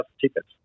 tickets